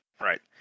right